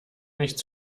nicht